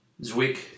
Zwick